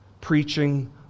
Preaching